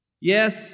Yes